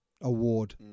award